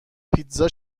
پیتزا